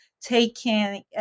taken